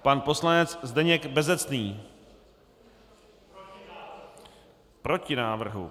Pan poslanec Zdeněk Bezecný: Proti návrhu.